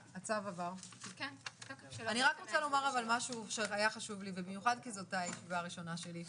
אני רק רוצה לומר משהו שהיה חשוב לי במיוחד כי זאת הישיבה הראשונה שלי.